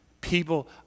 People